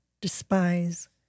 despise